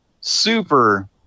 super